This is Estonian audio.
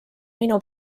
minu